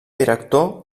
director